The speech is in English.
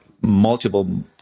multiple